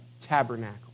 tabernacle